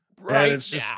right